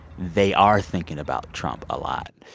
they are thinking about trump a lot.